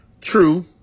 True